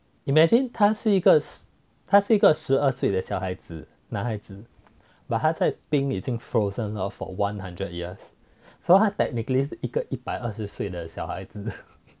imagine 它是一个它是一个十二岁的小孩子男孩子 but 他在冰已经 frozen for one hundred years so 他 technically 一个一百二十岁的小孩子